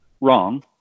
wrong